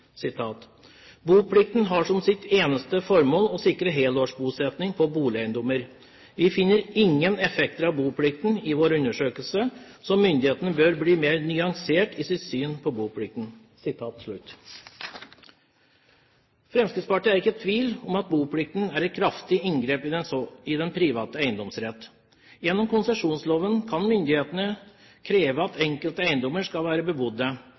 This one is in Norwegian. har som sitt eneste formål å sikre helårsbosetting på boligeiendommer. Vi finner ingen effekter av boplikten i vår undersøkelse, så myndigheten bør bli mer nyansert i sitt syn på boplikten.» Fremskrittspartiet er ikke i tvil om at boplikten er et kraftig inngrep i den private eiendomsrett. Gjennom konsesjonsloven kan myndighetene kreve at enkelte eiendommer skal være bebodde.